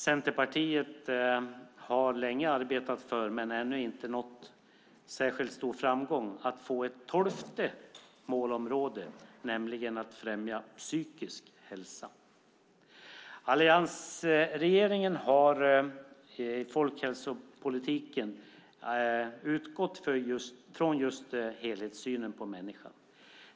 Centerpartiet har länge arbetat för ett tolfte målområde, nämligen att främja psykisk hälsa, men där har vi ännu inte nått särskilt stor framgång. Alliansregeringen har förnyat folkhälsopolitiken genom att utgå från en helhetssyn på människan.